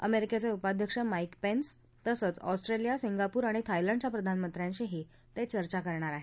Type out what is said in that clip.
अमेरिकेचे उपाध्यक्ष Mike Pence तसंच ऑस्ट्रेलिया सिंगापूर आणि थायलंडच्या प्रधानमंत्र्यांशीही ते चर्चा करणार आहेत